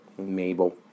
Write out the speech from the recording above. Mabel